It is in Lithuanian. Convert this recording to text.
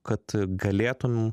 kad galėtum